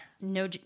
No